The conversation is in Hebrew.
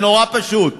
זה נורא פשוט.